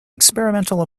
experimental